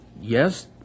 yes